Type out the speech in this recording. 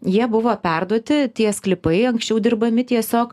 jie buvo perduoti tie sklypai anksčiau dirbami tiesiog